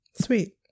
sweet